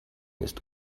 ist